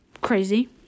crazy